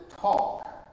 talk